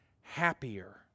happier